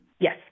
Yes